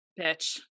Bitch